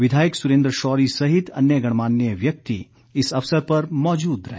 विधायक सुरेन्द्र शौरी सहित अन्य गणमान्य व्यक्ति इस अवसर पर मौजूद रहे